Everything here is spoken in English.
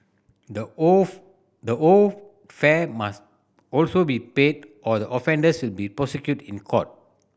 the owed the owed fare must also be paid or the offenders will be prosecuted in court